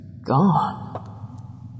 Gone